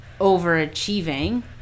overachieving